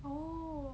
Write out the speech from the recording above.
oh